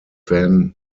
van